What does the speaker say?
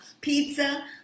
pizza